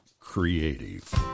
Creative